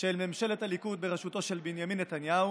של ממשלת הליכוד בראשותו של בנימין נתניהו,